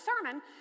sermon